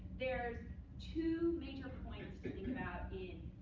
there's two major points to think about in